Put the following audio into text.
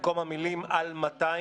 במקום המילים: "על 200",